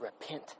repent